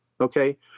okay